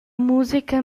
musica